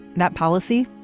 that policy.